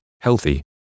healthy